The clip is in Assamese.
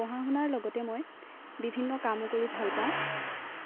পঢ়া শুনাৰ লগতে মই বিভিন্ন কাম কৰি ভাল পাওঁ